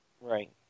Right